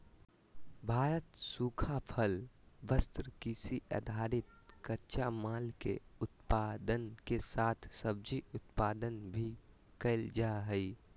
भारत सूखा फल, वस्त्र, कृषि आधारित कच्चा माल, के उत्पादन के साथ सब्जी उत्पादन भी कैल जा हई